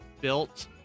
built